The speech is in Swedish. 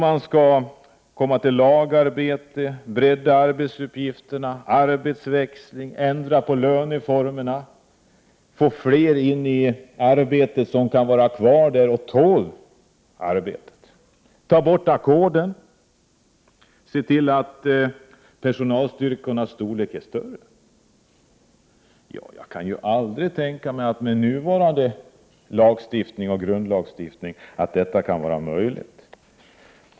Att få till stånd lagarbete, att bredda arbetsuppgifterna, ordna arbetsväxling och ändra på löneformerna, att få in fler i arbete som kan vara kvar och tål arbetet, att ta bort ackorden samt se till att personalstyrkorna blir större kan jag, med nuvarande lagstiftning och grundlagstiftning, aldrig tänka mig är möjligt.